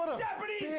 ah japanese.